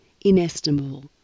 inestimable